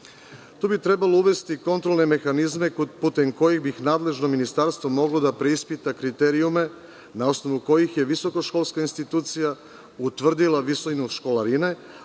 Tu bi trebalo uvesti kontrolne mehanizme putem kojih bi nadležno ministarstvo moglo da preispita kriterijume na osnovu kojih je visokoškolska institucija utvrdila visinu školarine,